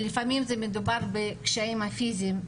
לפעמים מדובר בקשיים פיזיים,